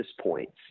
points